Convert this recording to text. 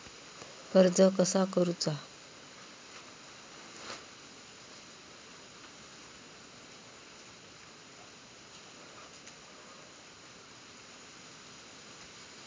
कर्ज कसा करूचा?